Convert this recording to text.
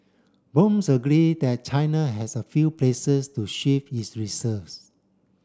blooms agree that China has a few places to shift its reserves